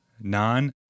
non